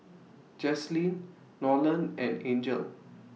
Jaslene Nolen and Angel